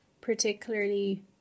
particularly